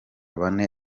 bane